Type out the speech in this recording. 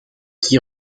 qui